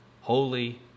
Holy